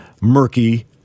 murky